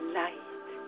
light